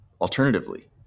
alternatively